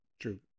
true